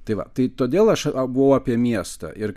tai va tai todėl aš kalbu apie miestą ir